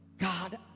God